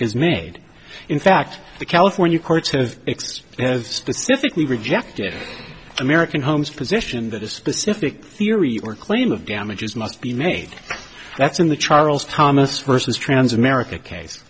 is made in fact the california courts have specifically rejected american homes position that a specific theory or claim of damages must be made that's in the charles thomas vs trans america case